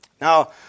Now